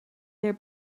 there